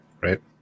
Right